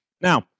Now